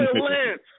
Lance